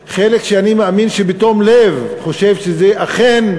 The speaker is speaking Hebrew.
לבין חלק שאני מאמין שבתום לב חושב שזה אכן,